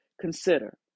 consider